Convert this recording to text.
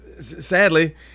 Sadly